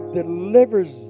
delivers